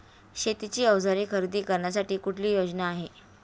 शेतीची अवजारे खरेदी करण्यासाठी कुठली योजना आहे?